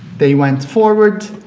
they went forward,